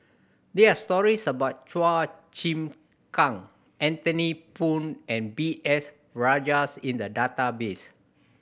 there are stories about Chua Chim Kang Anthony Poon and B S Rajhans in the database